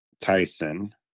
Tyson